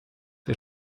der